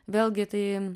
vėlgi tai